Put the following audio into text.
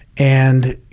and, you